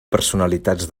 personalitats